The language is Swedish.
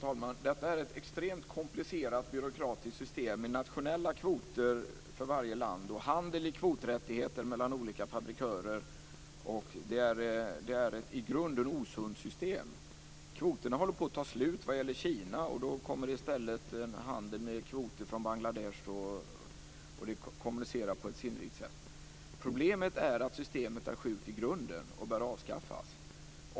Fru talman! Det är ett extremt komplicerat byråkratiskt system med nationella kvoter för varje land och handel i kvoträttigheter mellan olika fabrikörer. Det är ett i grunden osunt system. Kvoterna håller på att ta slut vad gäller Kina och då kommer i stället handel med kvoter från Bangladesh. Detta kommuniceras på ett sinnrikt sätt. Problemet är att systemet i grunden är sjukt och bör avskaffas.